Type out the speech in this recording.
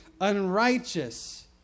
unrighteous